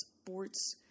sports